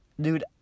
dude